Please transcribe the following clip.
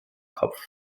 kopf